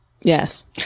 Yes